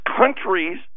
countries